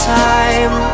time